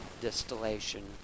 distillation